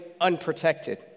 unprotected